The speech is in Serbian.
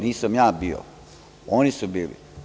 Nisam ja bio, oni su bili.